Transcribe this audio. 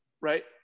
Right